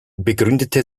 begründete